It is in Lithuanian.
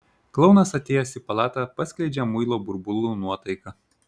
klounas atėjęs į palatą paskleidžia muilo burbulų nuotaiką